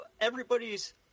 everybody's